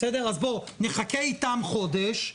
נחכה איתם חודשים,